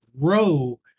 grow